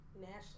national